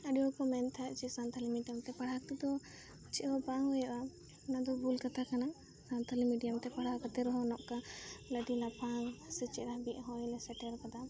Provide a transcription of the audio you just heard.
ᱟᱹᱰᱤ ᱦᱚᱲᱠᱚ ᱢᱮᱱ ᱛᱟᱦᱮᱸᱫ ᱡᱮ ᱥᱟᱱᱛᱷᱟᱲᱤ ᱢᱤᱰᱤᱭᱟᱢ ᱛᱮ ᱯᱟᱲᱦᱟᱜ ᱠᱚᱫᱚ ᱪᱮᱫ ᱦᱚᱸ ᱵᱟᱝ ᱦᱩᱭᱩᱜᱼᱟ ᱚᱱᱟᱫᱚ ᱵᱷᱩᱞ ᱠᱟᱛᱷᱟ ᱠᱟᱱᱟ ᱥᱟᱱᱛᱷᱟᱲᱤ ᱢᱤᱰᱤᱭᱟᱢ ᱛᱮ ᱯᱟᱲᱦᱟᱣ ᱠᱟᱛᱮ ᱨᱮᱦᱚᱸ ᱱᱚᱝᱠᱟ ᱟᱹᱰᱤ ᱞᱟᱯᱷᱟᱝ ᱥᱮ ᱪᱮᱦᱨᱟ ᱵᱤᱫ ᱦᱚᱨ ᱞᱮ ᱥᱮᱴᱮᱨ ᱟᱠᱟᱫᱟ